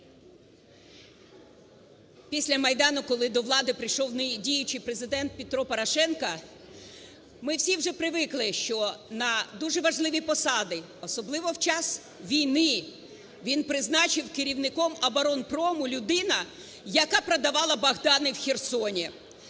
Після Майдану, коли до влади прийшов нині діючий Президент Петро Порошенко, ми всі вже привикли, що на дуже важливі посади, особливо в час війни, він призначив керівником оборонпрому людину, яка продавала "Богдани" в Херсоні.